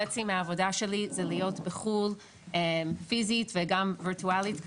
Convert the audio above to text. חצי מהעבודה שלי זה להיות בחו"ל פיזית וגם ווירטואלית כמובן.